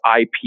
IP